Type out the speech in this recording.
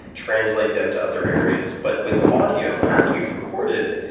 translate them to other areas. but with audio, after you've recorded,